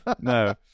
no